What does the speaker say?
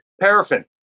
paraffin